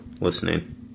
listening